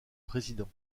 président